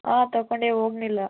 ಹಾಂ ತಕೊಂಡೆ ಓಗ್ಲಿಲ್ಲ